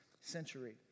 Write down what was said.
century